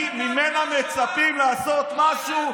ממנה מצפים לעשות משהו?